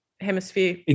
hemisphere